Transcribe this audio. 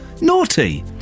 Naughty